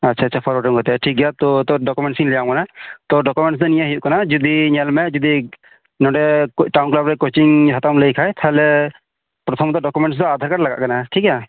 ᱟᱪᱷᱟ ᱟᱪᱷᱟ ᱯᱷᱚᱨᱣᱟᱨᱰ ᱨᱮᱢ ᱜᱟᱛᱮᱜᱼᱟ ᱴᱷᱤᱠ ᱜᱮᱭᱟ ᱛᱳ ᱰᱚᱠᱩᱢᱮᱱᱴ ᱤᱧ ᱞᱟᱹᱭ ᱟᱢ ᱠᱟᱱᱟ ᱛᱳ ᱰᱚᱠᱩᱢᱮᱱᱴ ᱫᱚ ᱱᱤᱭᱟᱹ ᱦᱩᱭᱩᱜ ᱠᱟᱱᱟ ᱡᱚᱫᱤ ᱧᱮᱞ ᱢᱮ ᱡᱚᱫᱤ ᱱᱚᱰᱮ ᱴᱟᱩᱱ ᱠᱞᱟᱵᱽ ᱨᱮ ᱠᱳᱪᱤᱝ ᱦᱟᱛᱟᱣ ᱮᱢ ᱞᱟᱹᱭ ᱠᱷᱟᱡ ᱛᱟᱦᱚᱞᱮ ᱯᱨᱚᱛᱷᱚᱢᱛ ᱰᱚᱠᱩᱢᱮᱱᱴ ᱫᱚ ᱟᱫᱷᱟᱨ ᱠᱟᱨᱨᱰ ᱞᱟᱜᱟᱜ ᱠᱟᱱᱟ ᱴᱷᱤᱠ ᱜᱮᱭᱟ